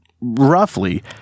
roughly